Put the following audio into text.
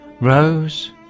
Rose